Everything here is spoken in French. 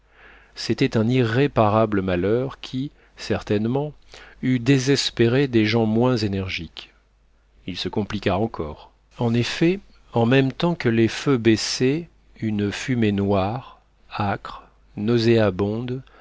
c'était un irréparable malheur qui certainement eût désespéré des gens moins énergiques il se compliqua encore en effet en même temps que les feux baissaient une fumée noire âcre nauséabonde